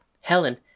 Helen